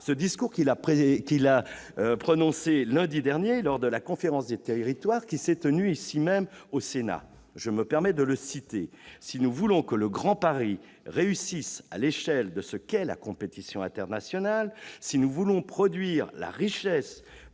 le discours qu'il a prononcé lundi dernier, lors de la Conférence nationale des territoires qui s'est tenue au Sénat. Permettez-moi de le citer :« Si nous voulons que le Grand Paris réussisse à l'échelle de ce qu'est la compétition internationale, si nous voulons produire la richesse